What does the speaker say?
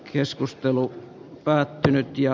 keskustelu päättynyt ja